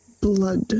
blood